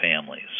families